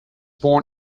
born